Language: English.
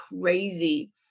crazy